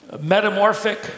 metamorphic